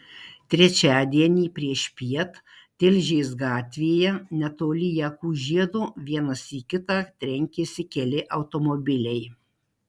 trečiadienį priešpiet tilžės gatvėje netoli jakų žiedo vienas į kitą trenkėsi keli automobiliai